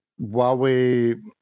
Huawei